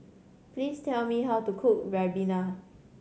please tell me how to cook ribena